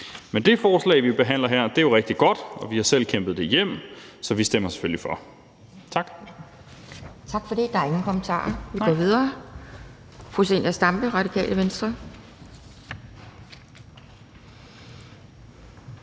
Men det forslag, vi behandler her, er jo rigtig godt, og vi har selv kæmpet det hjem, så vi stemmer selvfølgelig for. Tak. Kl. 12:01 Anden næstformand (Pia Kjærsgaard): Tak for det. Der er ingen kommentarer. Vi går videre til fru Zenia Stampe, Radikale Venstre.